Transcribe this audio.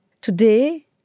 today